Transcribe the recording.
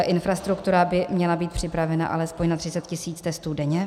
Infrastruktura by měla být připravena alespoň na 30 tisíc testů denně.